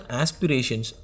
aspirations